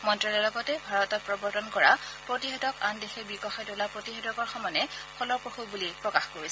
মন্ত্যালয়ে লগতে ভাৰতত প্ৰৱৰ্তন কৰা প্ৰতিযেধক আন দেশে বিকশায় তোলা প্ৰতিষেধকৰ সমানে ফলপ্ৰসূ বুলি প্ৰকাশ কৰিছে